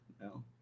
no